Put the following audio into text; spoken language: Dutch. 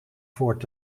voort